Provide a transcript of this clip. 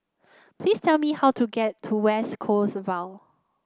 please tell me how to get to West Coast Vale